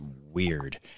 weird